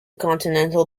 continental